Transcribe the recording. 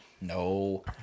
No